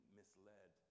misled